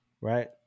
right